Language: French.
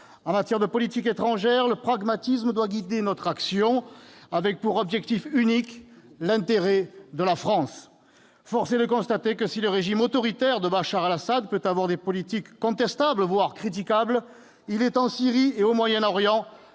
En matière de politique étrangère, le pragmatisme doit guider notre action, avec pour objectif unique l'intérêt de la France. Force est de constater que, si le régime autoritaire de Bachar al-Assad peut avoir des politiques contestables, voire critiquables, ... Ah ! Plus que cela